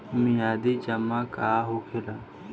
मियादी जमा का होखेला?